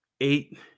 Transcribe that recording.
eight